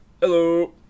Hello